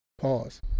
Pause